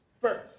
first